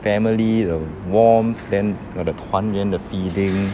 family the warmth then got the 团圆的 feeling